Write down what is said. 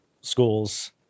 schools